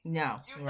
no